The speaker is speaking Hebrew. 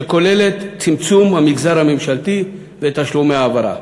שכוללת צמצום המגזר הממשלתי ותשלומי ההעברה,